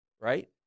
Right